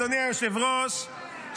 אדוני היושב-ראש,